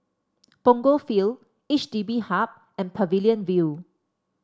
Punggol Field H D B Hub and Pavilion View